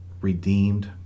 redeemed